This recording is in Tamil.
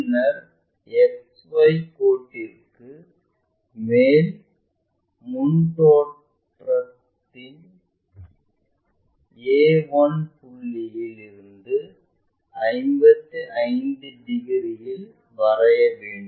பின்னர் XY கோட்டிற்கு மேல் முன் தோற்றம்யில் a1 புள்ளியில் இருந்து 55 டிகிரியில் வரைய வேண்டும்